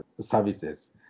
services